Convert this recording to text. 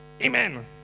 Amen